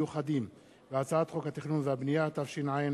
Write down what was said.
כאן כתוב לי ועדת החוקה.